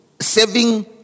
saving